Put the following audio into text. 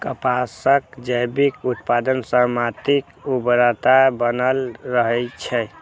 कपासक जैविक उत्पादन सं माटिक उर्वरता बनल रहै छै